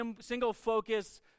single-focus